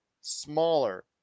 smaller